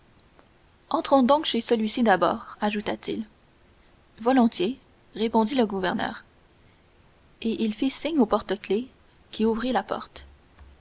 entrons donc chez celui-ci d'abord ajouta-t-il volontiers répondit le gouverneur et il fit signe au porte-clefs qui ouvrit la porte